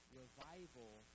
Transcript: revival